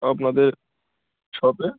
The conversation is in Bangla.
আপনাদের শপে